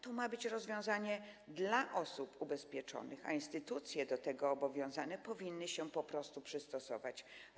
To ma być rozwiązanie dla osób ubezpieczonych, a instytucje do tego obowiązane powinny po prostu przystosować się.